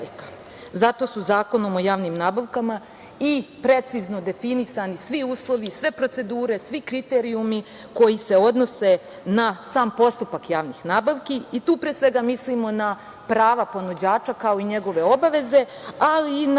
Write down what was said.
Zato su Zakonom o javnim nabavkama i precizno definisani svi uslovi, sve procedure, svi kriterijumi koji se odnose na sam postupak javnih nabavki i tu, pre svega, mislimo na prava ponuđača, kao i njegove obaveze, ali i na